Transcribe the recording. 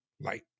light